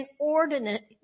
inordinate